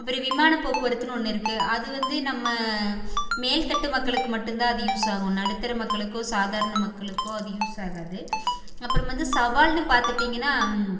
அப்புறம் விமான போக்குவரத்துன்னு ஒன்று இருக்கு அது வந்து நம்ம மேல் தட்டு மக்களுக்கு மட்டும் தான் அது யூஸ் ஆகும் நடுத்தர மக்களுக்கோ சாதாரண மக்களுக்கோ அது யூஸ் ஆகாது அப்புறம் வந்து சவால்னு பார்த்துட்டிங்கன்னா